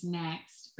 next